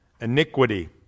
iniquity